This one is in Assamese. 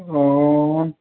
অঁ